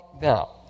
now